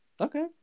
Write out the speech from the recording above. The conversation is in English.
Okay